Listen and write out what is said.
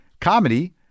comedy